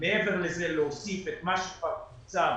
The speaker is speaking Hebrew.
מעבר לזה להוסיף את מה שכבר פורסם